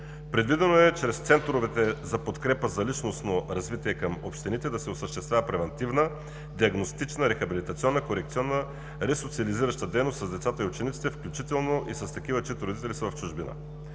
Предвидено е чрез центровете за подкрепа за личностно развитие към общините да се осъществява превантивна, диагностична, рехабилитационна, корекционна, ресоциализираща дейност с децата и учениците, включително и с такива, чиито родители са в чужбина.